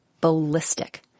ballistic